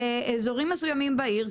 באזורים מסוימים בעיר,